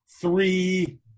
three